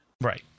Right